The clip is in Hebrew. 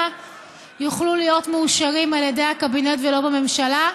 יוכלו להיות מאושרים על ידי הקבינט ולא בממשלה.